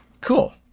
Cool